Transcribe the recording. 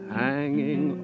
hanging